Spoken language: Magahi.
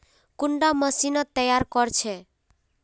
कुंडा मशीनोत तैयार कोर छै?